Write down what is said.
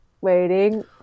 waiting